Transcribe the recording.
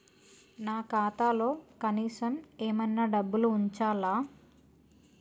నా ఖాతాలో కనీసం ఏమన్నా డబ్బులు ఉంచాలా?